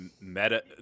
meta